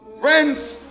Friends